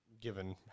given